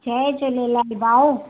जय झूलेलाल भाउ